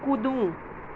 કૂદવું